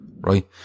right